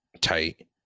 tight